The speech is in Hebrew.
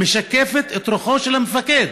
משקפת את רוחו של המפקד.